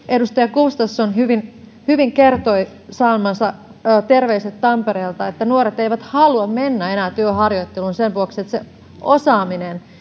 edustaja gustafsson täällä juuri hyvin kertoi saamansa terveiset tampereelta nuoret eivät enää halua mennä työharjoitteluun sen vuoksi että se osaaminen